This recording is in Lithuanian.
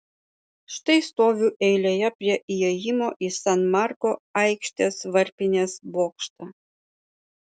štai stoviu eilėje prie įėjimo į san marko aikštės varpinės bokštą